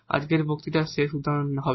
আজকের বক্তৃতার জন্য শেষ উদাহরণ হবে